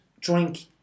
drink